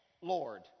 Lord